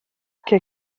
que